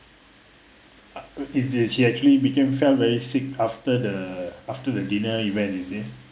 she actually became fell very sick after the after the dinner event you see